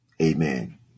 Amen